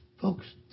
Folks